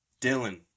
Dylan